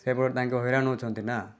ସେପଟେ ତାଙ୍କେ ହଇରାଣ ହେଉଛନ୍ତି ନା